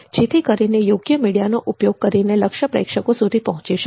જેથી કરીને યોગ્ય મીડિયાનો ઉપયોગ કરીને લક્ષ્ય પ્રેક્ષકો સુધી પહોંચી શકાય